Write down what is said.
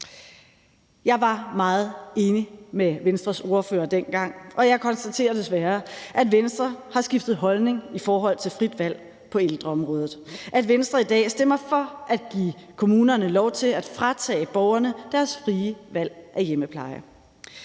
Jeg var meget enig med Venstres ordfører dengang, og jeg kan desværre konstatere, at Venstre har skiftet holdning i forhold til frit valg på ældreområdet, og at Venstre i dag stemmer for at give kommunerne lov til at fratage borgerne deres frie valg af hjemmepleje.